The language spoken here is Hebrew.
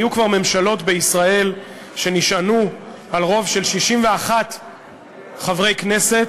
היו כבר ממשלות בישראל שנשענו על רוב של 61 חברי כנסת